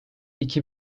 iki